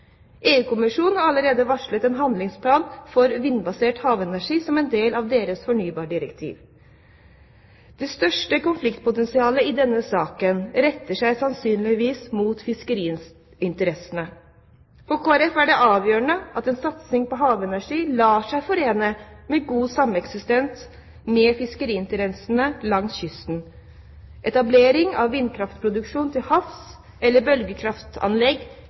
EU-kommisjonen har allerede varslet en handlingsplan for vindbasert havenergi som en del av sitt fornybardirektiv. Det største konfliktpotensialet i denne saken retter seg sannsynligvis mot fiskeriinteressene. For Kristelig Folkeparti er det avgjørende at en satsing på havenergi lar seg forene med god sameksistens med fiskeriinteressene langs kysten. Etablering av vindkraftproduksjon til havs eller bølgekraftanlegg